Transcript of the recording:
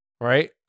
Right